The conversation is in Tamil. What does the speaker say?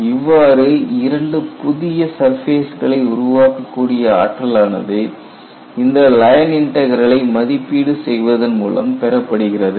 இவ்வாறு 2 புதிய சர்பேஸ்களை உருவாக்க கூடிய ஆற்றலானது இந்த லைன் இன்டக்ரலை மதிப்பீடு செய்வதன் மூலம் பெறப்படுகிறது